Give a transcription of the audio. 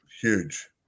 huge